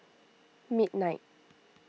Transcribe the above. midnight